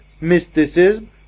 mysticism